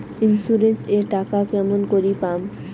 Insurance এর টাকা কেমন করি পাম?